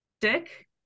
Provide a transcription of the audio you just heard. dick